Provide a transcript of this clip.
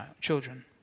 children